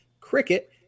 cricket